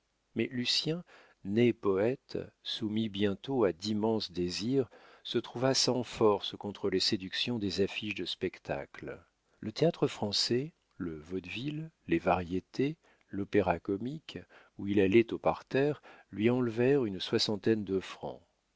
mais lucien né poète soumis bientôt à d'immenses désirs se trouva sans force contre les séductions des affiches de spectacle le théâtre-français le vaudeville les variétés l'opéra-comique où il allait au parterre lui enlevèrent une soixantaine de francs